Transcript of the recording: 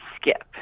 skip